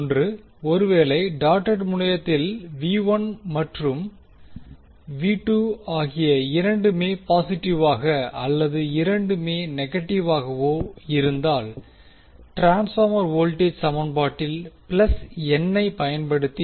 • ஒருவேளை டாட்டட் முனையத்தில் மற்றும் ஆகிய இரண்டுமே பாசிட்டிவாகவோ அல்லது இரண்டுமே நெகட்டிவாகவோ இருந்தால் ட்ரான்ஸ்பார்மர் வோல்டேஜ் சமன்பாட்டில் ஐ பயன்படுத்து